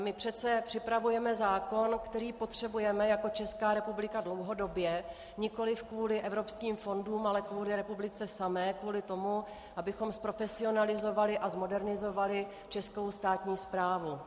My přece připravujeme zákon, který potřebujeme jako Česká republika dlouhodobě, nikoliv kvůli evropským fondům, ale kvůli republice samé, kvůli tomu, abychom zprofesionalizovali a zmodernizovali českou státní správu.